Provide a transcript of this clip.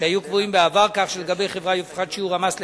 שהיו קבועים בעבר כך שלגבי חברה יופחת שיעור המס ל-11%,